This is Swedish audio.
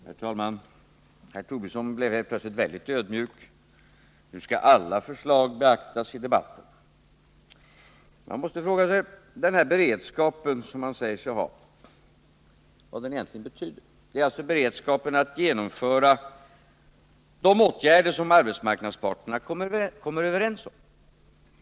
Herr talman! Herr Tobisson blev plötsligt väldigt ödmjuk — nu skall alla förslag beaktas i debatten. Man måste fråga sig vad den här beredskapen, som man säger sig ha, egentligen betyder. Det är alltså beredskapen att genomföra de åtgärder som arbetsmarknadsparterna kommer överens om.